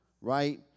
Right